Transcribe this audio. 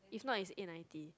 if not is eight ninety